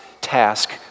task